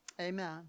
Amen